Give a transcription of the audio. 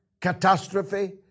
catastrophe